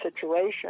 situation